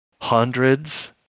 Hundreds